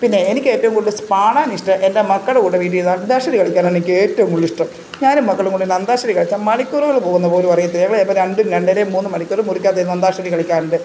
പിന്നെ എനിക്ക് ഏറ്റവും കൂടുതൽ സ് പാടാനിഷ്ടം എൻ്റെ മക്കളുടെ കൂടെ വീട്ടിൽ ഇരുന്ന് അന്താക്ഷരി കളിക്കാനാണെനിക്ക് ഏറ്റവും കൂടുതൽ ഇഷ്ടം ഞാനും മക്കളും കൂടെ ഇരുന്ന് അന്താക്ഷരി കളിച്ചാൽ മണിക്കൂറുകൾ പോകുന്നത് പോലും അറിയില്ല ഞങ്ങൾ ചിലപ്പം രണ്ട് രണ്ടരയും മൂന്നും മണിക്കൂർ മുറിക്കകത്ത് ഇരുന്ന് അന്താക്ഷരി കളിക്കാറുണ്ട്